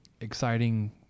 Exciting